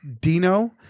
Dino